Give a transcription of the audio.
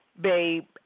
babe